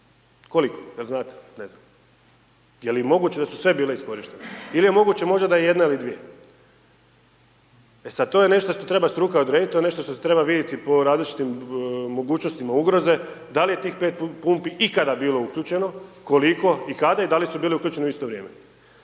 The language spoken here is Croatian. Koliko, je li znate? Ne znate. Je li moguće da su sve bile iskorištene? Ili je moguće možda da je jedna ili dvije? E sad, to je nešto što treba struka odrediti, to je nešto što se treba vidjeti po različitim mogućnostima ugroze, da li je tih 5 pumpi ikada bilo uključeno, koliko i kada i da li su bile uključene u isto vrijeme.